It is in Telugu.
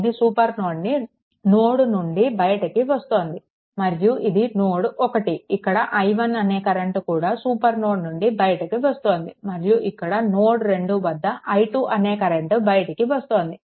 ఇది సూపర్ నోడ్ నుండి బయటికి వస్తుంది మరియు ఇది నోడ్ 1 ఇక్కడ i1 అనే కరెంట్ కూడా సూపర్ నోడ్ నుండి బయటికి వస్తోంది మరియు ఇక్కడ నోడ్2 వద్ద i2 అనే కరెంట్ బయటికి వస్తుంది